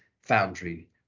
Foundry